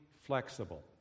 flexible